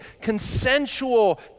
consensual